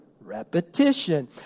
repetition